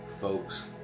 folks